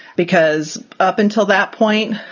because up until that point,